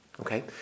Okay